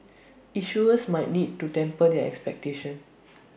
issuers might need to temper their expectations